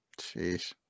Jeez